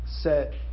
set